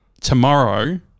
tomorrow